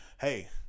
hey